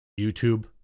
YouTube